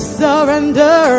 surrender